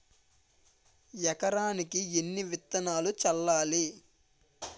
ఎకరానికి ఎన్ని విత్తనాలు చల్లాలి?